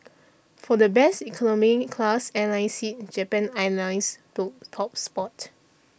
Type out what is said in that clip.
for best economy class airline seat Japan Airlines took top spot